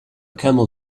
camel